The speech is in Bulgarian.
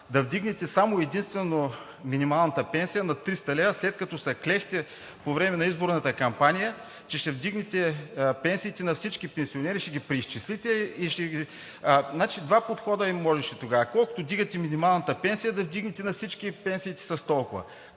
да вдигнете само и единствено минималната пенсия на 300 лв., след като се клехте по време на изборната кампания, че ще вдигнете пенсиите на всички пенсионери, ще ги преизчислите. Два подхода можеше тогава – колкото вдигате минималната пенсия, да вдигнете на всички пенсиите с толкова.